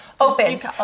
Opens